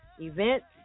events